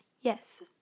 yes